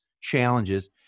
challenges